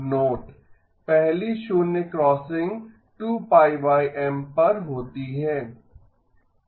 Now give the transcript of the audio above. note पहली शून्य crossing 2 π M पर होती है